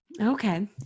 Okay